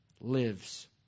lives